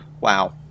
Wow